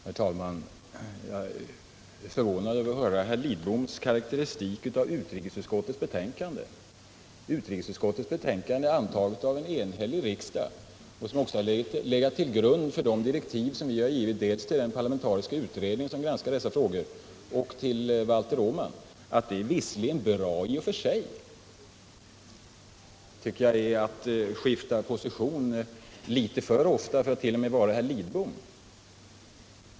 Herr talman! Jag är förvånad över att höra Carl Lidboms karakteristik av utrikesutskottets betänkande — som är antaget av en enhällig riksdag och som har legat till grund för de direktiv som regeringen har givit dels till den parlamentariska utredning som granskar dessa frågor, dels till Valter Åman — nämligen att betänkandet visserligen är bra i och för sig. Det tycker jag är att skifta position litet för ofta, t.o.m. för att vara Carl Lidbom.